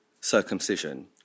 circumcision